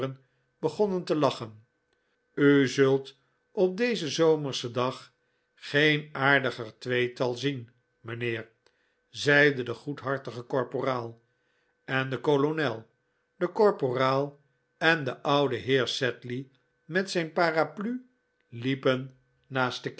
begonnen te lachen u zult op dezen zomerschen dag geen aardiger tweetal zien mijnheer zeide de goedhartige korporaal en de kolonel de korporaal en de oude heer sedley met zijn parapluie liepen naast de